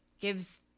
gives